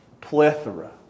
Plethora